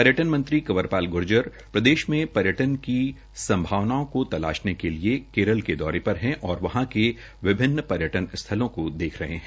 पर्यटन मंत्री कंवरपाल गूर्जर प्रदेश में पर्यटन की संभावनाओं को तलाशने के लिए केरल के दौरे पर है वहां के विभिन्न पर्यटन स्थ्लों को देख रहे है